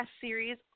series